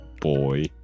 boy